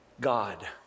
God